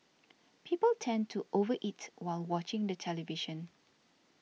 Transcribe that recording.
people tend to over eat while watching the television